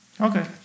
Okay